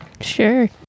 Sure